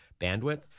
bandwidth